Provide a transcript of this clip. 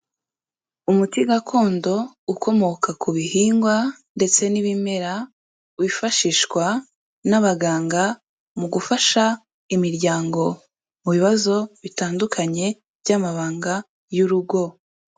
Umuti gakondo, ukomoka ku bihingwa ndetse n'ibimera, wifashishwa n'abaganga, mu gufasha imiryango mu bibazo bitandukanye, by'amabanga, y'urugo.